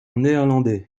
néerlandais